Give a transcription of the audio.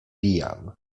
vian